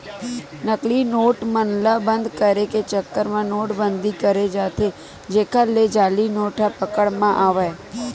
नकली नोट मन ल बंद करे के चक्कर म नोट बंदी करें जाथे जेखर ले जाली नोट ह पकड़ म आवय